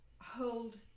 hold